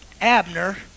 Abner